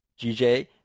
GJ